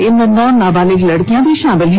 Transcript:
इनमें नौ नाबालिग लड़कियां भी शामिल हैं